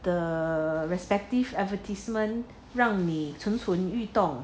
the respective advertisement 让你蠢蠢欲动